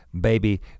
baby